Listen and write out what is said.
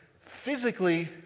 physically